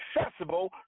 accessible